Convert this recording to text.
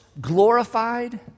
glorified